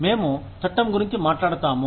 మేము చట్టం గురించి మాట్లాడతాము